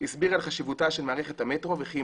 הסביר על חשיבותה של מערכת המטרו וכי היא